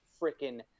freaking